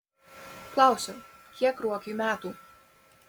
klausiu kiek ruokiui metų